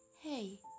Hey